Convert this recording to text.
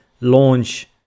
launch